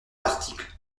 l’article